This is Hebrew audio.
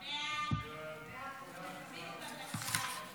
סעיף 1 נתקבל.